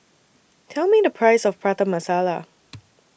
Tell Me The Price of Prata Masala